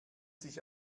sich